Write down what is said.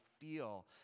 feel